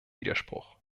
widerspruch